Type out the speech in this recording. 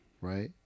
right